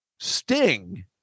Sting